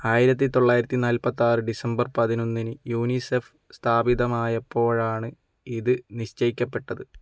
ആയിരത്തിത്തൊള്ളായിരത്തിനാൽപ്പത്താറ് December പതിനൊന്നിന് UNICEF സ്ഥാപിതമായപ്പോഴാണ് ഇത് നിശ്ചയിക്കപ്പെട്ടത്